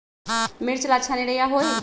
मिर्च ला अच्छा निरैया होई?